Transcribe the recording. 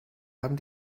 haben